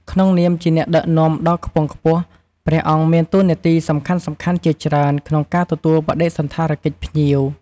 ផ្ដល់ការស្វាគមន៍ជាផ្លូវការ និងពរជ័យ ជាទូទៅព្រះសង្ឃជាអ្នកផ្ដល់ការស្វាគមន៍ជាផ្លូវការដល់ភ្ញៀវដែលបានមកដល់។